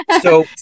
So-